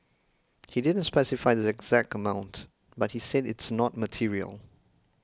he didn't specify the exact amount but he said it's not material